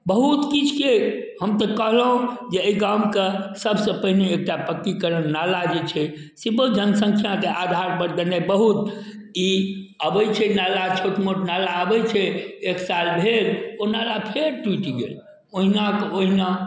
बहुत किछुके हम तऽ कहलहुँ जे एहि गामके सबसँ पहिने एकटा पक्कीकरण नाला जे छै से बहु जनसंख्याके आधारपर देनाइ बहुत ई आबै छै नाला छोट मोट नाला आबै छै एक साल भेल ओ नाला फेर टुटि गेल ओहिनाके ओहिना